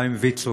גם עם ויצו,